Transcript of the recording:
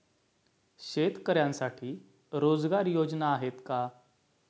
शेतकऱ्यांसाठी रोजगार योजना आहेत का?